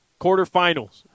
quarterfinals